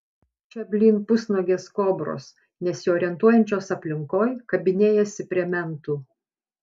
čia blyn pusnuogės kobros nesiorientuojančios aplinkoj kabinėjasi prie mentų